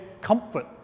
comfort